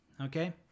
Okay